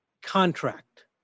contract